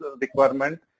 requirement